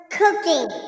cooking